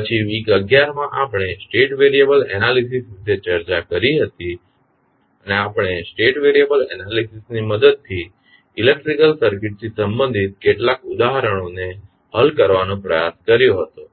પછી વીક 11 માં આપણે સ્ટેટ વેરિયબલ એનાલીસીસ વિશે ચર્ચા કરી હતી અને આપણે સ્ટેટ વેરિયબલ એનાલીસીસની મદદથી ઇલેક્ટ્રિકલ સર્કિટ થી સંબંધિત કેટલાક ઉદાહરણો ને હલ કરવાનો પ્રયાસ કર્યો હતો